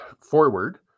forward